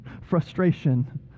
frustration